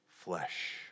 flesh